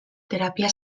terapia